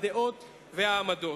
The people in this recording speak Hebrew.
הדעות והעמדות.